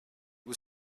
was